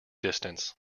distance